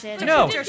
No